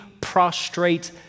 prostrate